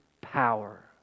power